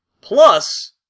Plus